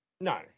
No